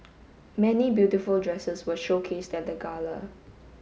many beautiful dresses were showcased at the gala